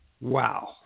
Wow